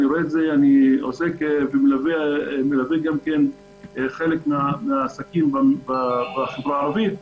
אני עוסק ומלווה חלק מהעסקים בחברה הערבית.